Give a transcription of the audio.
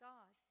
God